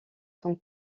son